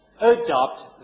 adopt